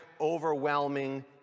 overwhelming